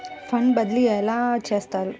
Fund బదిలీ ఎలా చేస్తారు?